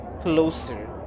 closer